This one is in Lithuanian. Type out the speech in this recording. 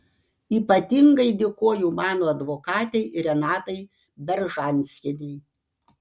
ypatingai dėkoju mano advokatei renatai beržanskienei